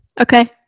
Okay